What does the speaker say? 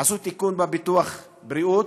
עשו תיקון בביטוח הבריאות,